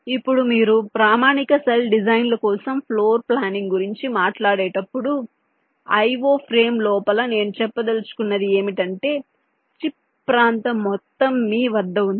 ఇప్పుడు మీరు ప్రామాణిక సెల్ డిజైన్ల కోసం ఫ్లోర్ ప్లానింగ్ గురించి మాట్లాడేటప్పుడు కాబట్టి IO ఫ్రేమ్ లోపల నేను చెప్పదలచుకున్నది ఏమిటంటే చిప్ ప్రాంతం మొత్తం మీ వద్ద ఉంది